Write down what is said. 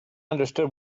understood